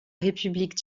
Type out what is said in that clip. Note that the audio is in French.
république